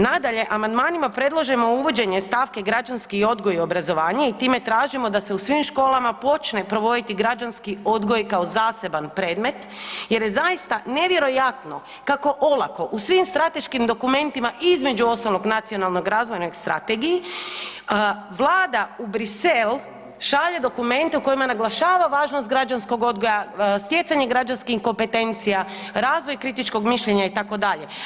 Nadalje, amandmanima predlažemo uvođenje stavke građanski odgoj i obrazovanje i time tražimo da se u svim školama počne provoditi građanski odgoj kao zaseban predmet, jer je zaista nevjerojatno kako olako u svim strateškim dokumentima između osnovnog nacionalnog razvojnog strategiji Vlada u Bruxelles šalje dokumente u kojima naglašava važnost građanskog odgoja, stjecanje građanskih kompetencija, razvoj kritičkog mišljenja itd.